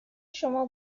شما